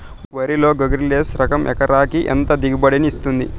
వరి లో sugarless less రకం ఎకరాకి ఎంత దిగుబడినిస్తుంది